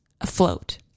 afloat